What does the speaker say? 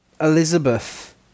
Elizabeth